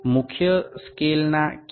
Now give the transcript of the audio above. মূল স্কেলের কোন পাঠ